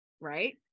right